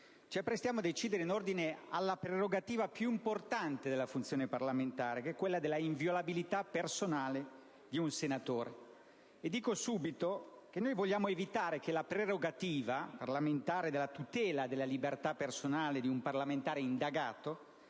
Ci apprestiamo a decidere in ordine alla prerogativa più importante della funzione parlamentare, che è quella della inviolabilità personale di un senatore, e dico subito che noi vogliamo evitare che la prerogativa parlamentare della tutela della libertà personale di un parlamentare indagato